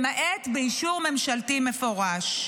למעט באישור ממשלתי מפורש.